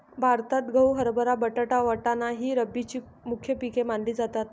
भारतात गहू, हरभरा, बटाटा, वाटाणा ही रब्बीची मुख्य पिके मानली जातात